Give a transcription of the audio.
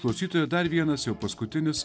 klausytojai dar vienas jau paskutinis